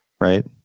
right